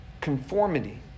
Conformity